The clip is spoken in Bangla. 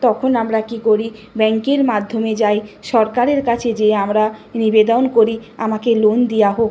তখন আমরা কী করি ব্যাংকের মাধ্যমে যাই সরকারের কাছে যেয়ে আমরা নিবেদন করি আমাকে লোন দেওয়া হোক